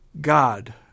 God